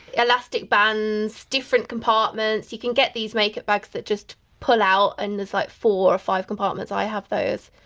elastic bands, different compartments. you can get these makeup bags that just pull out and there's like four or five compartments i have those.